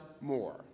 more